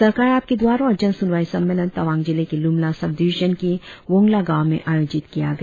सरकार आपके द्वार और जन सुनवाई सम्मेलन तवांग जिले के लुमला सब डिविजन के वोंगला गांव में आयोजित किया गया